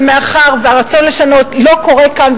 ומאחר שהרצון לשנות לא קורה כאן,